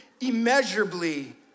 immeasurably